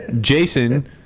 Jason